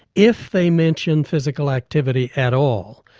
if they mention physical activity at all,